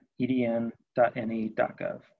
edn.ne.gov